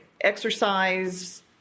exercise